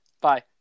Bye